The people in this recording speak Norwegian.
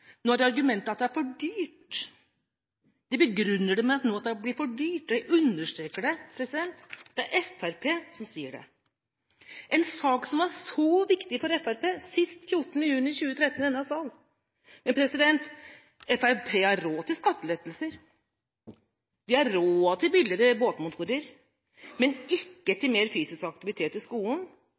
nå med at det blir for dyrt, og jeg understreker at det er Fremskrittspartiet som sier det – i en sak som har vært så viktig for Fremskrittspartiet, sist 14. juni 2013 i denne sal. Fremskrittspartiet har råd til skattelettelser, de har råd til billigere båtmotorer, men ikke til mer fysisk aktivitet i skolen.